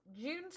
June